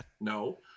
No